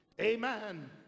Amen